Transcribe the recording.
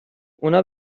اونا